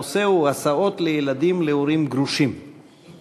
הנושא הוא: הסעות לילדי הורים גרושים.אנחנו